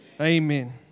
Amen